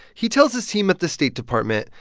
he tells his team at the state department,